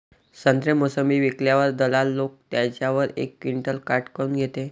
संत्रे, मोसंबी विकल्यावर दलाल लोकं त्याच्यावर एक क्विंटल काट काऊन घेते?